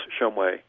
Shumway